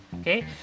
okay